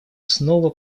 снова